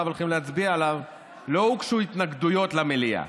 הולכים להצביע עליו לא הוגשו התנגדויות במליאה.